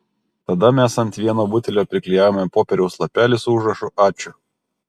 tada mes ant vieno butelio priklijavome popieriaus lapelį su užrašu ačiū